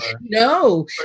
No